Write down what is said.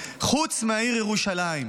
חוץ מהעיר ירושלים,